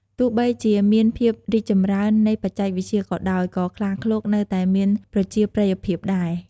ទោះបីជាមានភាពរីកចម្រើននៃបច្ចេកវិទ្យាក៏ដោយ ក៏ខ្លាឃ្លោកនៅតែមានប្រជាប្រិយភាពដែរ។